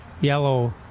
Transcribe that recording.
yellow